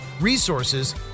resources